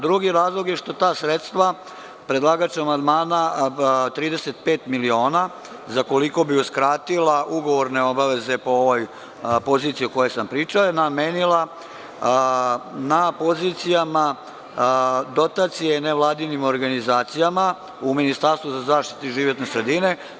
Drugi razlog je što ta sredstva predlagač amandmana, 35 miliona, za koliko bi uskratila ugovorne obaveze po ovoj poziciji o kojoj sam pričao, je namenila na pozicijama – dotacije nevladinim organizacijama u Ministarstvu za zaštitu životne sredine.